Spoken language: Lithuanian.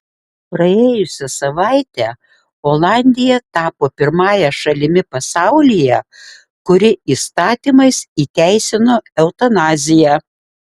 praėjusią savaitę olandija tapo pirmąja šalimi pasaulyje kuri įstatymais įteisino eutanaziją